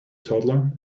toddler